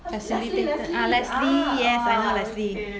leslie ah leslie yes I know leslie